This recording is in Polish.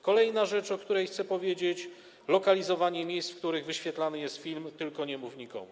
Kolejna rzecz, o której chcę powiedzieć, dotyczy lokalizowania miejsc, w których wyświetlany jest film „Tylko nie mów nikomu”